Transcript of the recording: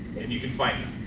and you can find out,